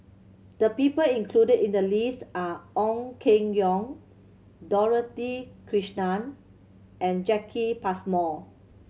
the people included in the list are Ong Keng Yong Dorothy Krishnan and Jacki Passmore